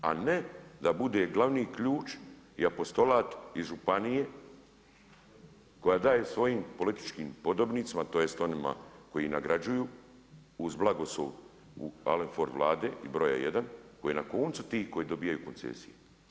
A ne da bude glavni ključ i apostolat i županije koja daje svojim političkim podobnicima tj. onima koji nagrađuju uz blagoslov Alan Ford Vlade i broja 1 koji na koncu tih koji dobivaju koncesije.